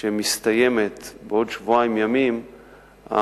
שמסתיימת בעוד שבועיים ימים,